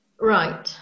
Right